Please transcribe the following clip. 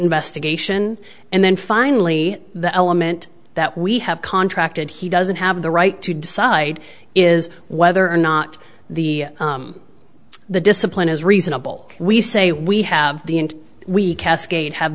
investigation and then finally the element that we have contracted he doesn't have the right to decide is whether or not the the discipline is reasonable we say we have the and we cascade have